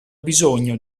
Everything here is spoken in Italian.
bisogno